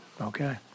Okay